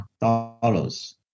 dollars